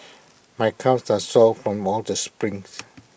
my calves are sore from all the sprints